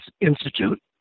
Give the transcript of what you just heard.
Institute